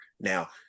Now